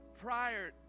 prior